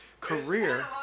career